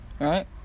right